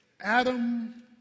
Adam